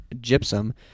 Gypsum